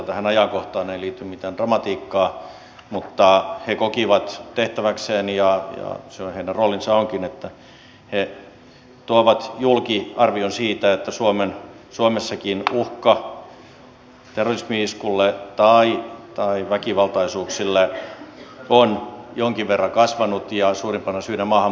tähän ajankohtaan ei liity mitään dramatiikkaa mutta he kokivat tehtäväkseen ja sehän heidän roolinsa onkin että he tuovat julki arvion siitä että suomessakin uhka terrorismi iskulle tai väkivaltaisuuksille on jonkin verran kasvanut ja suurimpana syynä on maahanmuuttotilanne